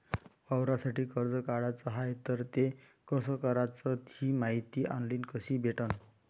वावरासाठी कर्ज काढाचं हाय तर ते कस कराच ही मायती ऑनलाईन कसी भेटन?